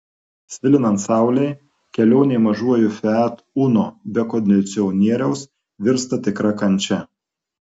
svilinant saulei kelionė mažuoju fiat uno be kondicionieriaus virsta tikra kančia